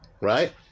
right